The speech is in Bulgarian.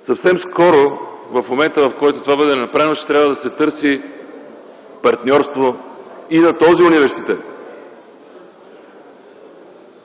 Съвсем скоро - в момента, в който това бъде направено, ще трябва да се търси партньорство и на този университет.